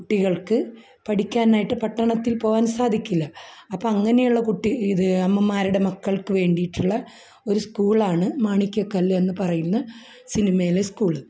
കുട്ടികൾക്ക് പഠിക്കാനായിട്ട് പട്ടണത്തിൽ പോകാൻ സാധിക്കില്ല അപ്പോൾ അങ്ങനെയുള്ള കുട്ടി ഇത് അമ്മമാരുടെ മക്കൾക്കു വേണ്ടിയിട്ടുള്ള ഒരു സ്കൂളാണ് മാണിക്കക ല്ല് എന്നു പറയുന്ന സിനിമയിലെ സ്കൂള്